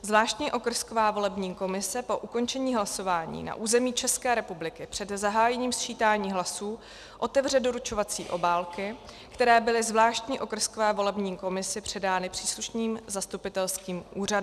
Zvláštní okrsková volební komise po ukončení hlasování na území České republiky před zahájením sčítání hlasů otevře doručovací obálky, které byly zvláštní okrskové volební komisi předány příslušným zastupitelským úřadem.